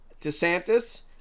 DeSantis